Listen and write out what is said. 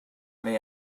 may